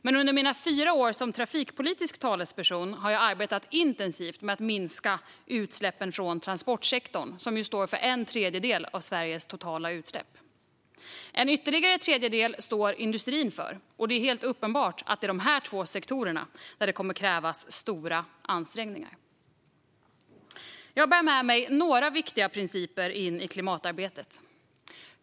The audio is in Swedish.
Men under mina fyra år som trafikpolitisk talesperson har jag arbetat intensivt med att minska utsläppen från transportsektorn, som ju står för en tredjedel av Sveriges totala utsläpp. En ytterligare tredjedel står industrin för. Det är helt uppenbart att det är i dessa två sektorer som det kommer att krävas stora ansträngningar. Jag bär med mig några viktiga principer i klimatarbetet.